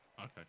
Okay